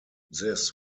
this